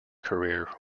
career